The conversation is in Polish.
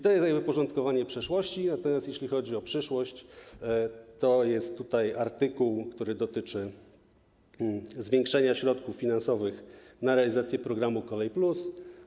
To jest porządkowanie przeszłości, natomiast jeśli chodzi o przyszłość, to tutaj jest artykuł, który dotyczy zwiększenia środków finansowych na realizację programu ˝Kolej+˝